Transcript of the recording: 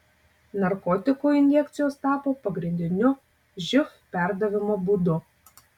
narkotikų injekcijos tapo pagrindiniu živ perdavimo būdu